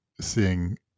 seeing